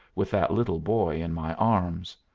with that little boy in my arms.